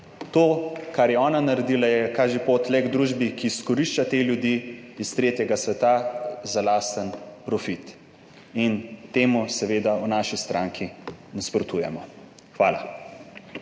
To kar je ona naredila je, kaže pot le k družbi, ki izkorišča te ljudi iz tretjega sveta za lasten profit in temu seveda v naši stranki nasprotujemo. Hvala.